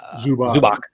Zubak